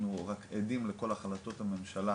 אנחנו רק עדים לכל החלטות הממשלה